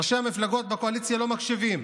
ראשי המפלגות בקואליציה לא מקשיבים,